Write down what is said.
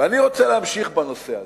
ואני רוצה להמשיך בנושא הזה,